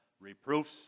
reproofs